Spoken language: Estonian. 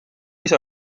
isa